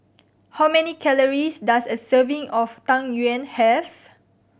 how many calories does a serving of Tang Yuen have